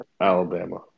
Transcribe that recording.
Alabama